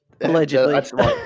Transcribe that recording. Allegedly